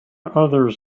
others